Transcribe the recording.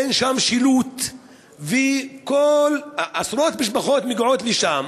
אין שם שילוט, ועשרות משפחות מגיעות לשם